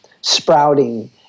sprouting